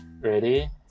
Ready